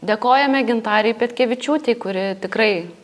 dėkojame gintarei petkevičiūtei kuri tikrai